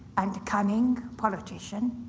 and cunning politician,